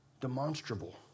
demonstrable